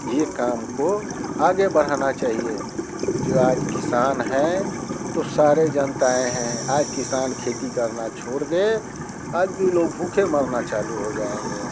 ये काम को आगे बढ़ाना चाहिए जो आज किसान है तो सारे जनताएँ हैं आज किसान खेती करना छोड़ दे आज भी लोग भूखे मरना चालू हो जाएँगे